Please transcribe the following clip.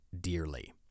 dearly